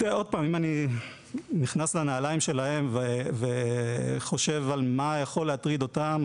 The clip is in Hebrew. אם אני נכנס לנעליים שלהם וחושב על מה יכול להטריד אותם,